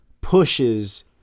pushes